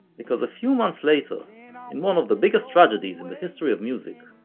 because a few months later, in ah in one of the biggest tragedies in the history of music,